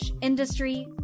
industry